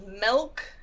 milk